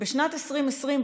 בשנת 2020,